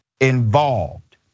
involved